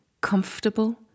comfortable